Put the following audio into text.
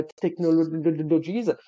technologies